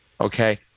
okay